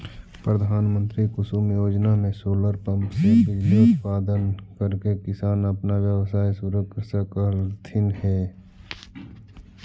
प्रधानमंत्री कुसुम योजना में सोलर पंप से बिजली उत्पादन करके किसान अपन व्यवसाय शुरू कर सकलथीन हे